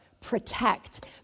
protect